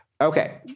Okay